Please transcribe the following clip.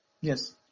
yes